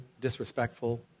disrespectful